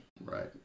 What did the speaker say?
Right